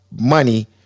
money